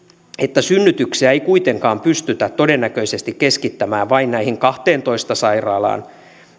että synnytyksiä ei kuitenkaan pystytä todennäköisesti keskittämään vain näihin kahteentoista sairaalaan